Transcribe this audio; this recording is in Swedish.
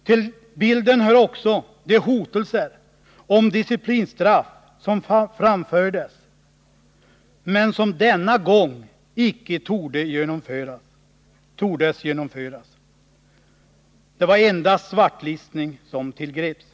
Till bilden hör också de hotelser om disciplinstraff som framfördes, men som man denna gång icke tordes genomföra. Endast svartlistning tillgreps.